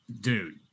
dude